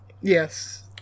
Yes